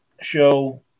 show